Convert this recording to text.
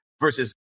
versus